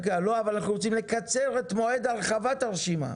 אבל אנחנו רוצים לקצר את מועד הרחבת הרשימה.